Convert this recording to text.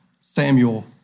Samuel